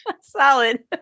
Solid